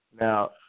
Now